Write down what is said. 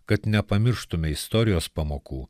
kad nepamirštumėme istorijos pamokų